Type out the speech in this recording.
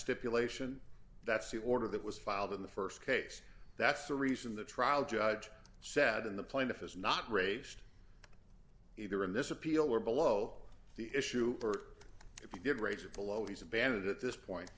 stipulation that's the order that was filed in the st case that's the reason the trial judge said in the plaintiff is not raised either in this appeal or below the issue or if you did raise it below his advantage at this point